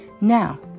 Now